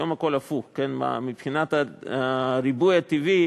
היום הכול הפוך, כן, מבחינת הריבוי הטבעי